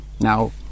Now